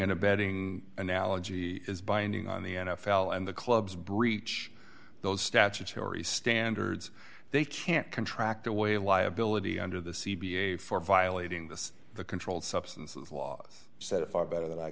and abetting analogy is binding on the n f l and the clubs breach those statutory standards they can't contract away a liability under the c b a for violating this the controlled substances laws said it far better than i